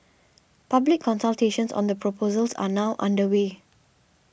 public consultations on the proposals are now underway